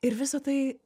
ir visa tai